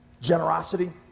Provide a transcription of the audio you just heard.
generosity